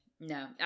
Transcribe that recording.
No